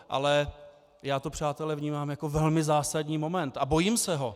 Ale já to, přátelé, vnímám jako velmi zásadní moment a bojím se ho.